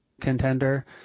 contender